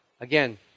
Again